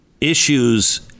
issues